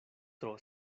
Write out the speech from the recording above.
tro